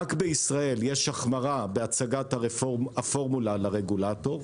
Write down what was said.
רק בישראל יש החמרה בהצגת הפורמולה לרגולטור.